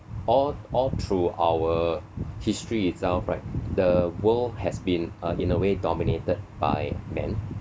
all all through our history itself right the world has been uh in a way dominated by men